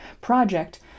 project